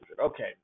Okay